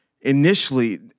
initially